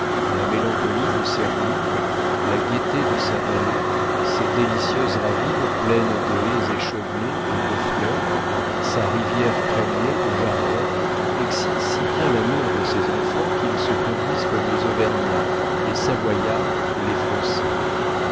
la mélancolie de ses ruines la gaieté de sa vallée ses délicieuses ravines pleines de haies échevelées et de fleurs sa rivière crénelée de jardins excite si bien l'amour de ses enfants qu'ils se conduisent comme les auvergnats les savoyards et les français